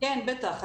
בטח.